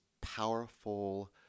powerful